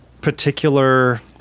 particular